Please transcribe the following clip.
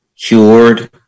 cured